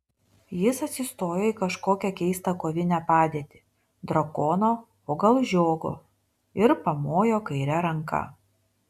jis atsistojo į kažkokią keistą kovinę padėtį drakono o gal žiogo ir pamojo kaire ranka